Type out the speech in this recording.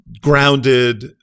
grounded